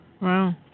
Wow